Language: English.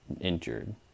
injured